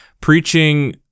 preaching